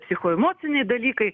psichoemociniai dalykai